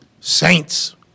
saints